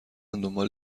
دنبال